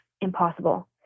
impossible